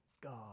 God